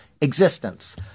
existence